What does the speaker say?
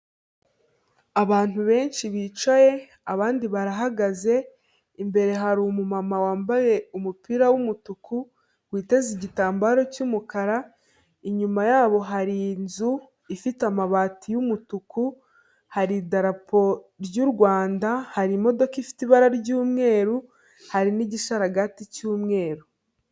Abantu benshi bicaye, abandi barahagaze, imbere hari umumama wambaye umupira w'umutuku, witeze igitambaro cy'umukara, inyuma yabo hari inzu ifite amabati y'umutuku, hari idarapo ry'u Rwanda, hari imodoka ifite ibara ry'umweru, hari n'igisharagati cy'umweru.